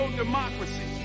democracy